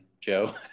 Joe